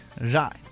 right